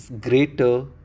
greater